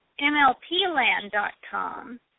MLPland.com